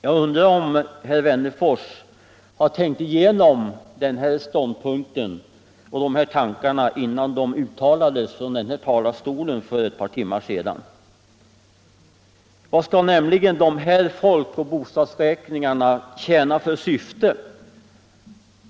Jag undrar om herr Wennerfors har tänkt igenom sin ståndpunkt innan han uttalade dessa tankar från denna talarstol för ett par timmar sedan. Vad skall nämligen dessa folkoch bostadsräkningar tjäna för syfte?